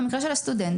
במקרה של הסטודנטים,